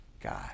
God